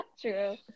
true